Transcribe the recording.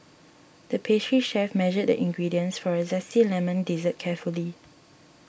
the pastry chef measured the ingredients for a Zesty Lemon Dessert carefully